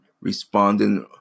responding